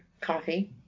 coffee